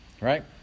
right